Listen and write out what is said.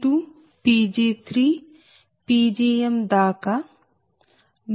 Pgm నుండి మొదలవుతుంది